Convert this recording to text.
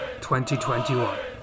2021